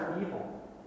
evil